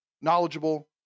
knowledgeable